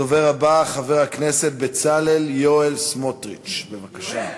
הדובר הבא, חבר הכנסת בצלאל יואל סמוטריץ, בבקשה.